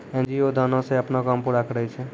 NGO दानो से अपनो काम पूरा करै छै